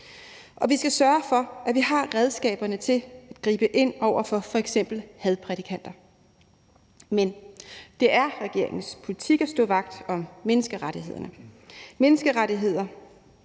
Og vi skal sørge for, at vi har redskaberne til at gribe ind over for f.eks. hadprædikanter. Men det er regeringens politik at stå vagt om menneskerettighederne; menneskerettigheder,